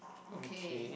okay